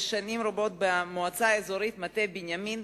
שנים רבות במועצה האזורית מטה-בנימין,